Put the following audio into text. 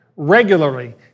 regularly